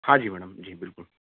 हाँ जी मैडम जी बिल्कुल